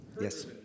Yes